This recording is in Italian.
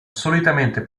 solitamente